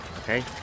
Okay